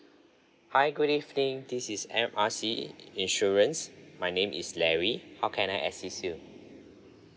hi good evening this is M R C insurance my name is larry how can I assist you